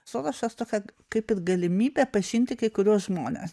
sorošas tokią kaip ir galimybę pažinti kai kuriuos žmones